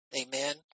amen